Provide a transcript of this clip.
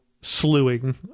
slewing